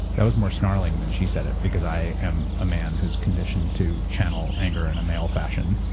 that was more snarling then she said it because i am a man who is conditioned to channel anger and a male fashion